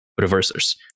reversers